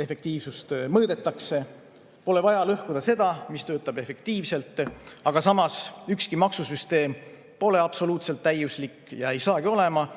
efektiivsust mõõdetakse. Pole vaja lõhkuda seda, mis töötab efektiivselt. Aga samas, ükski maksusüsteem pole absoluutselt täiuslik ega hakkagi seda